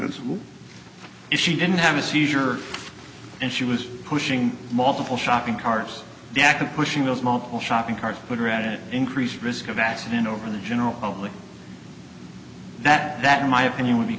if she didn't have a seizure and she was pushing multiple shopping cars back and pushing those multiple shopping cart but around it increased risk of accident over the general public that that in my opinion would be